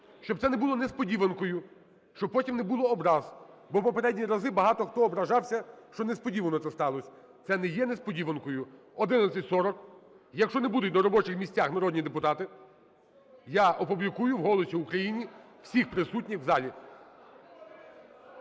щоб це не було несподіванкою, щоб потім не було образ, бо попередні рази багато хто ображався, що несподівано це сталось. Це не є несподіванкою. 11:40. Якщо не будуть на робочих місцях народні депутати, я опублікую в "Голосі України" всіх присутніх у залі.